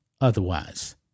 Otherwise